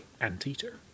Anteater